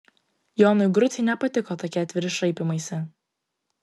jonui grucei nepatiko tokie atviri šaipymaisi